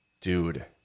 dude